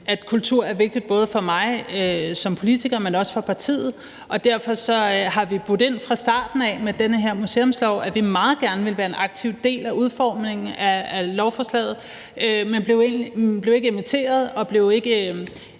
at kultur er vigtigt både for mig som politiker, men også for partiet, og derfor har vi budt ind fra starten af ved den her museumslov, at vi meget gerne ville være en aktiv del af udformningen af lovforslaget; men vi blev ikke inviteret og inkluderet